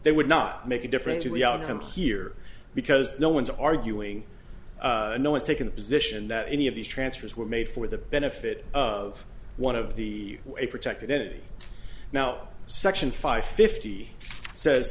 they would not make a difference in the outcome here because no one's arguing no one's taking the position that any of these transfers were made for the benefit of one of the a protected entity now section five fifty says